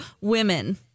women